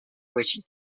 which